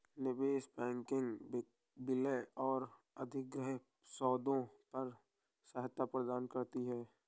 निवेश बैंकिंग विलय और अधिग्रहण सौदों पर सलाह प्रदान करती है